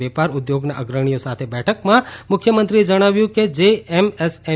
વેપાર ઉદ્યોગના અગ્રણીઓ સાથે બેઠકમાં મુખ્યમંત્રીએ જણાવ્યું કે જે એમ એસ એમ